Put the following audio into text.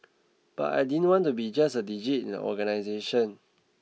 but I didn't want to be just a digit in an organisation